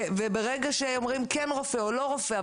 וברגע שאומרים כן רופא או לא רופא,